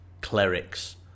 clerics